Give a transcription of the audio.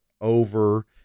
over